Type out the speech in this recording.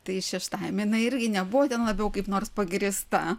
tai šeštajame jinai irgi nebuvo ten labiau kaip nors pagrįsta